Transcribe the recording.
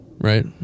right